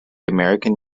american